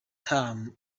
term